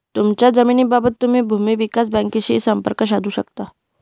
तुमच्या जमिनीबाबत तुम्ही भूमी विकास बँकेशीही संपर्क साधू शकता